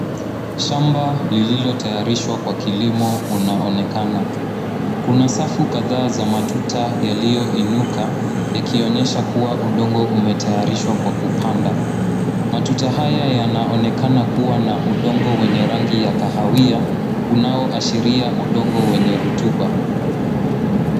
Shamba lililotayarishwa kwa kilimo unaonekana. Kuna safu kadhaa za matuta yaliyoinuka yakionyesha kuwa udongo umetayarishwa kwa kupanda. Matuta haya yanaonekana kuwa na udongo wenye rangi ya kahawia unaoashiria udongo wenye rutuba.